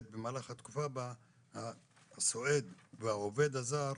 במהלך התקופה בה המטופל והעובד הזר,